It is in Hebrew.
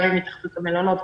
גם עם התאחדות המלונות,